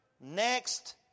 next